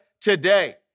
today